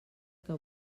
que